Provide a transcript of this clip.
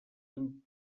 amb